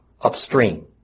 upstream